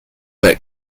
that